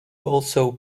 also